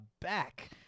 back